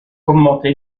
commenté